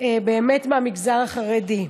מהמגזר החרדי.